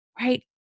right